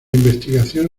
investigación